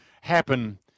happen